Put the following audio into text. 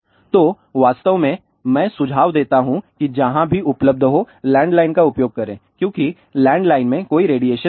तो वास्तव में मैं सुझाव देता हूं कि जहां भी उपलब्ध हो लैंडलाइन का उपयोग करें क्योंकि लैंडलाइन में कोई रेडिएशन नहीं है